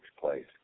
place